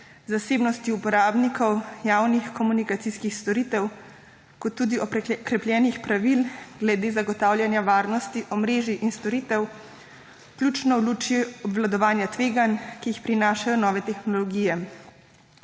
zasebnosti uporabnikov javnih komunikacijskih storite kot tudi okrepljenih pravil glede zagotavljanja varnosti omrežij in storitev, vključno v luči obvladovanja tveganj, ki jih prinašajo nove tehnologije.